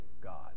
God